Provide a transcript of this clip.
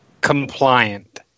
compliant